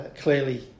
Clearly